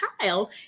child